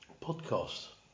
podcast